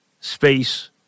space